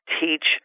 teach